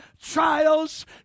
trials